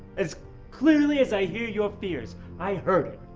as clearly as i hear your fears. i heard it.